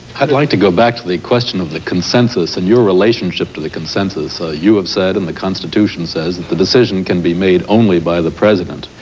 i'd like to go back to the question of the consensus and your relationship to the consensus. ah you have said and the constitution says that the decision can be made only by the president.